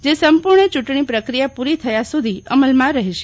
જે સંપુર્ણ યુટણી પ્રક્રિયા પુરી થયા સુધી અમલમાં રહેશે